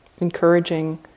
encouraging